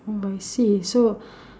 oh I see so